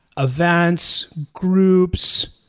events, groups,